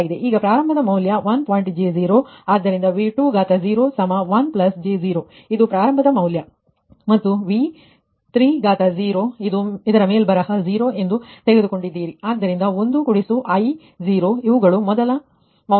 ಈಗ ಪ್ರಾರಂಭದ ಮೌಲ್ಯ 1j 0 ಆದುದರಿಂದ V201j 0 ಇದು ಪ್ರಾರಂಭದ ಮೌಲ್ಯ ಮತ್ತು V30 ಇದರ ಮೇಲ್ಬರಹ 0 ಎಂದು ತೆಗೆದುಕೊಂಡಿದ್ದೀರಿ ಆದುದರಿಂದ 1i 0 ಇವುಗಳು ಮೊದಲ ಮೌಲ್ಯಗಳುvalue's